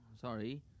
Sorry